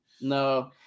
No